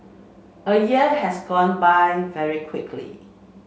a year has gone by very quickly